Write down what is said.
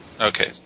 Okay